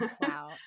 Wow